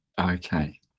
Okay